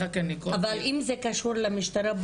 אבל אם זה קשור למשטרה,